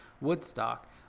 Woodstock